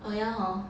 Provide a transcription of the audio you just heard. oh ya hor